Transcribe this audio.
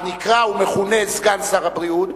הנקרא ומכונה סגן שר הבריאות,